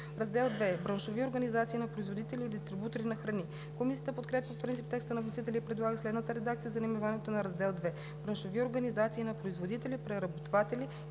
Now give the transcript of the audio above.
„Раздел II – Браншови организации на производители или дистрибутори на храни“. Комисията подкрепя по принцип текста на вносителя и предлага следната редакция за наименованието на Раздел II: „Браншови организации на производители, преработватели